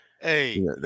hey